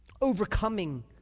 overcoming